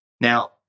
Now